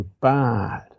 bad